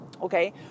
Okay